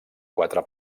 quatre